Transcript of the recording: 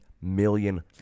million